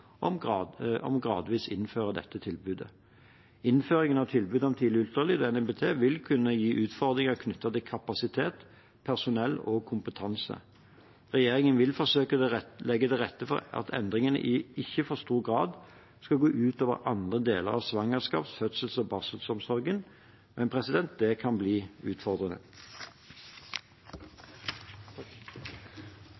om gradvis å innføre dette tilbudet. Innføringen av tilbudet om tidlig ultralyd og NIPT vil kunne gi utfordringer knyttet til kapasitet, personell og kompetanse. Regjeringen vil forsøke å legge til rette for at endringen ikke i for stor grad skal gå ut over andre deler av svangerskaps-, fødsels- og barselomsorgen, men det kan bli utfordrende.